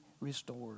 restored